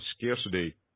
scarcity